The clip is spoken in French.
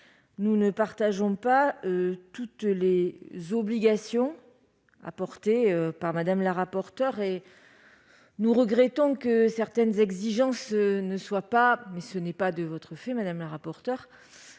nous ne partageons pas toutes les obligations imposées par Mme la rapporteure. Nous regrettons également que certaines exigences ne soient pas- certes, ce n'est pas de votre fait, madame la rapporteure